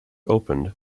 opened